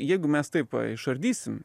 jeigu mes taip išardysim